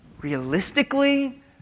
Realistically